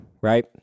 right